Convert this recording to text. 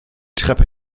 treppe